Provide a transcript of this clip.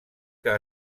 que